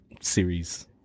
series